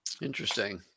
Interesting